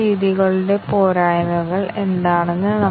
X y എങ്കിൽ x x y അല്ലെങ്കിൽ y y x